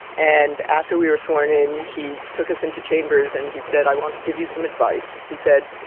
and after we were sworn in, he took us into chambers and he said, i want to give you some advice. he said,